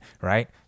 right